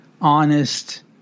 honest